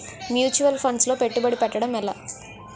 Mutual funds లో పెట్టుబడి పెట్టడం ఎలా?